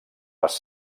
les